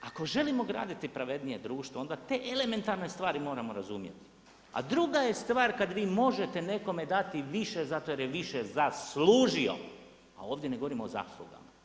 Ako želimo graditi pravednije društvo onda te elementarne stvari moramo razumjeti, a druga je stvar kad vi možete nekome dati više zato jer je više zaslužio, a ovdje ne govorimo o zaslugama.